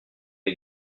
est